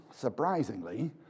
surprisingly